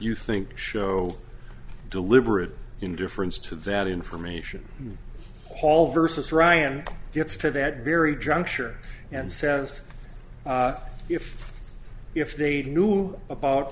you think show deliberate indifference to that information paul versus ryan gets to that very juncture and says if if they knew about